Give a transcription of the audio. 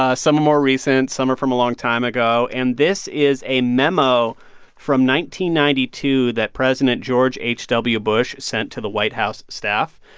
ah some are more recent. some are from a long time ago. and this is a memo from ninety ninety two that president george h w. bush sent to the white house staff.